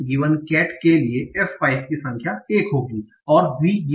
cat के लिए f5 की संख्या 1 होगी और V